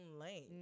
lane